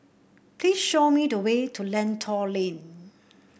please show me the way to Lentor Lane